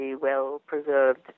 well-preserved